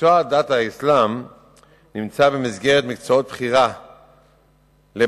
מקצוע דת האסלאם נמצא במסגרת מקצועות הבחירה לבגרות,